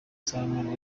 seromba